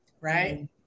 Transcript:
right